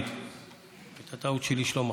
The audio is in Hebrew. לכן,